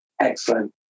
Excellent